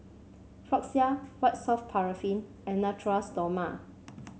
Floxia White Soft Paraffin and Natura Stoma